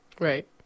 Right